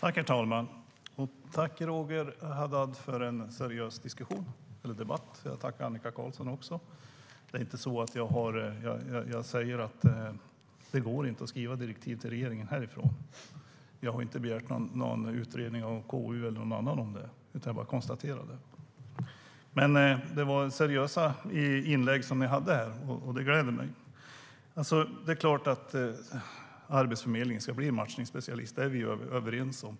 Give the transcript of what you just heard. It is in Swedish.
Herr talman! Jag tackar Roger Haddad för en seriös debatt. Jag tackar även Annika Qarlsson. Det går inte att skriva direktiv till regeringen härifrån. Jag har inte begärt någon utredning från KU om detta, utan jag bara konstaterar det. Men ni hade seriösa inlägg här, vilket gläder mig. Det är klart att Arbetsförmedlingen ska bli en matchningsspecialist, vilket vi är överens om.